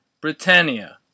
Britannia